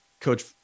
coach